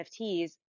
NFTs